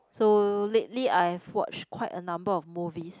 so lately I've watch quite a number of movies